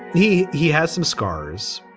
he he has some scars.